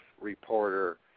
reporter